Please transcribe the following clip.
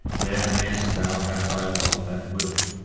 there mayst thou have thy wealth at will,